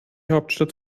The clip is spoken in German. hauptstadt